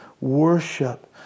worship